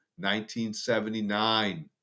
1979